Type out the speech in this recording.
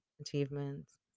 achievements